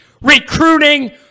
recruiting